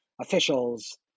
officials